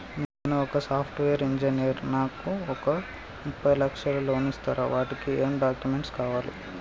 నేను ఒక software engineer నాకు ఒక ముప్పై లక్షల లోన్ ఇస్తరా? వాటికి ఏం డాక్యుమెంట్స్ కావాలి?